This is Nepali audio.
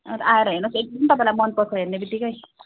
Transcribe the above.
अन्त आएर हेर्नोस् एकदम तपाईँलाई मनपर्छ हेर्ने बित्तिकै